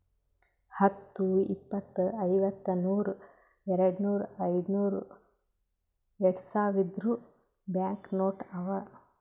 ಹತ್ತು, ಇಪ್ಪತ್, ಐವತ್ತ, ನೂರ್, ಯಾಡ್ನೂರ್, ಐಯ್ದನೂರ್, ಯಾಡ್ಸಾವಿರ್ದು ಬ್ಯಾಂಕ್ ನೋಟ್ ಅವಾ